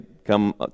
come